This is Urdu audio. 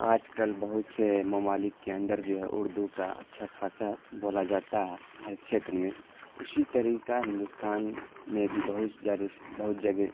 آج کل بہت سے ممالک کے اندر جو ہے اردو کا اچھا خاصا بولا جاتا ہے ہر چھیتر میں اسی طریقہ ہندوستان میں بھی بہت جاری بہت جگہ